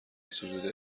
ستوده